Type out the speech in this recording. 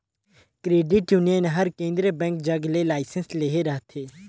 credit union हर केंद्रीय bank जग ले लाइसेंस लेहे रहथे